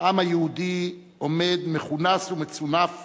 העם היהודי עומד מכונס ומצונף